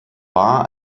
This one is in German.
war